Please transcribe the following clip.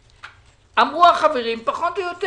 אמרו החברים פחות או יותר.